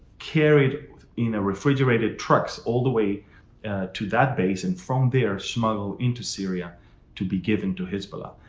carried in a refrigerated trucks all the way to that base and from there, smuggled into syria to be given to hezbollah.